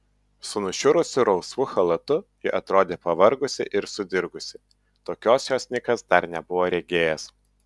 su nušiurusiu rausvu chalatu ji atrodė pavargusi ir sudirgusi tokios jos nikas dar nebuvo regėjęs